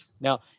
Now